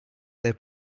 their